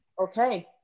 okay